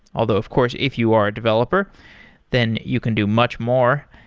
although of course, if you are a developer then you can do much more.